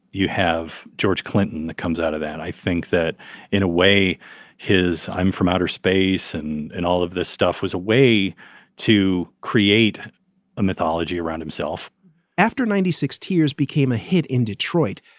you have george clinton that comes out of that. i think that in a way his i'm from outer space and in all of this stuff was a way to create a mythology around himself after ninety six tears became a hit in detroit.